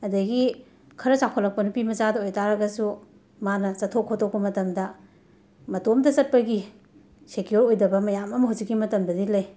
ꯑꯗꯒꯤ ꯈꯔ ꯆꯥꯎꯈꯠꯂꯛꯄ ꯅꯨꯄꯤ ꯃꯆꯥꯗ ꯑꯣꯏꯕ ꯇꯥꯔꯒꯁꯨ ꯃꯥꯅ ꯆꯠꯊꯣꯛ ꯈꯣꯠꯇꯣꯛꯄ ꯃꯇꯝꯗ ꯃꯇꯣꯝꯇ ꯆꯠꯄꯒꯤ ꯁꯦꯀ꯭ꯌꯣꯔ ꯑꯣꯏꯗꯕ ꯃꯌꯥꯝ ꯑꯝ ꯍꯧꯖꯤꯛꯀꯤ ꯃꯇꯝꯗꯗꯤ ꯂꯩ